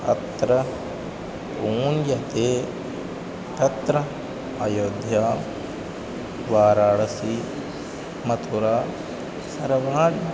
अत्र ऊन्यते तत्र अयोध्या वाराणसी मथुरा सर्वाणि